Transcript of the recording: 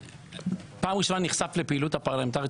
פעם ראשונה שנחשפתי לפעילות הפרלמנטרית